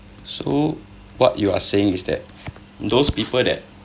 so what you are saying is that those people that